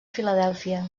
filadèlfia